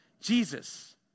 Jesus